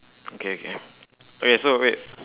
okay okay okay so wait